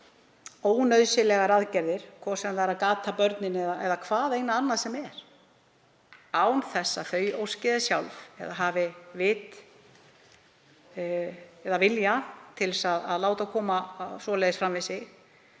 En um ónauðsynlegar aðgerðir, hvort sem það er að gata börnin eða hvaðeina annað sem er án þess að þau óski þess sjálf eða hafi vit eða vilja til þess að láta koma svoleiðis fram við